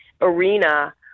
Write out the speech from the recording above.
arena